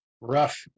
rough